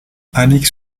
alix